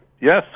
Yes